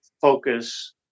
focus